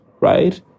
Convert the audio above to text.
right